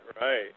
right